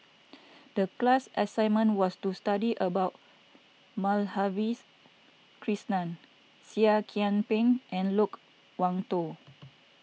the class assignment was to study about Madhavis Krishnan Seah Kian Peng and Loke Wan Tho